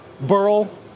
Burl